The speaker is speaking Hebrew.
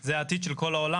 זה העתיד של כל העולם.